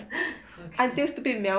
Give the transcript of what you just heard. okay